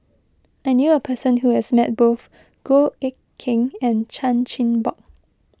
I knew a person who has met both Goh Eck Kheng and Chan Chin Bock